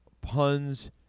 Pun's